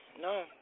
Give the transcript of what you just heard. No